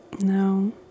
No